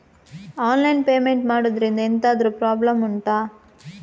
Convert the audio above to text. online payment ಮಾಡುದ್ರಿಂದ ಎಂತಾದ್ರೂ problem ಉಂಟಾ